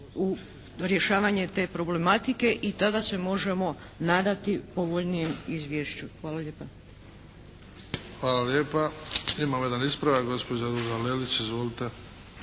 u rješavanje te problematike i tada se možemo nadati povoljnijem izvješću. Hvala lijepa. **Bebić, Luka (HDZ)** Hvala lijepa. Imamo jedan ispravak. Gospođa Ruža Lelić. Izvolite.